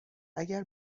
اگر